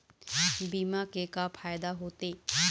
बीमा के का फायदा होते?